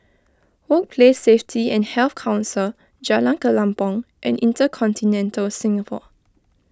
Workplace Safety and Health Council Jalan Kelempong and Intercontinental Singapore